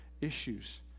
issues